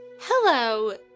Hello